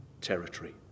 territory